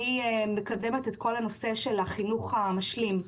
אני מקדמת את כל נושא החינוך המשלים.